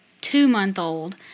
Two-month-old